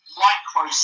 micro